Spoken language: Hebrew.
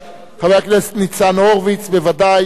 חבר הכנסת ניצן הורוביץ בוודאי הוא,